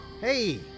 Hey